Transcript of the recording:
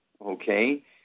Okay